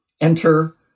enter